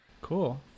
Cool